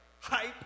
hype